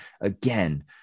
again